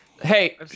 hey